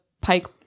Pike